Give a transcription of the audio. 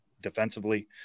defensively